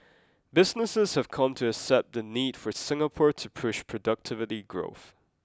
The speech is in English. businesses have come to accept the need for Singapore to push productivity growth